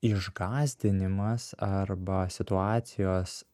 išgąsdinimas arba situacijos